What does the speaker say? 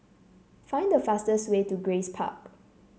find the fastest way to Grace Park